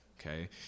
okay